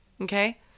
okay